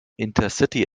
intercity